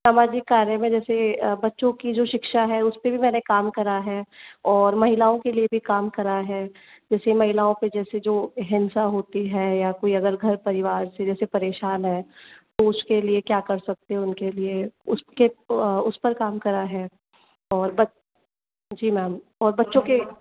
सामाजिक कार्य में जैसे बच्चों की जो शिक्षा है उसपे भी मैंने काम करा है और महिलाओं के लिए भी काम करा है कृषि महिलाओं के जैसे जो हिंसा होती है या कोई अगर घर परिवार से जैसे परेशान है तो उसके लिए क्या कर सकते हैं उनके लिए उसके उस पर काम करा है और बच जी मैम और बच्चों के